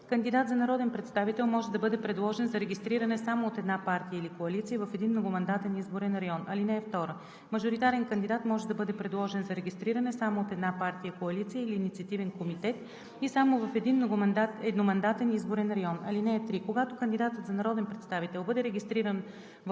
Кандидат за народен представител може да бъде предложен за регистриране само от една партия или коалиция в един многомандатен изборен район. (2) Мажоритарен кандидат може да бъде предложен за регистриране само от една партия, коалиция или инициативен комитет и само в един едномандатен изборен район. (3) Когато кандидат за народен представител бъде регистриран